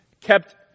kept